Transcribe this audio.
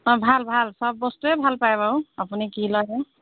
অ' ভাল ভাল চব বস্তুৱেই ভাল পায় বাৰু আপুনি কি লয়